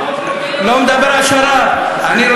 החוק מדבר על שר"פ.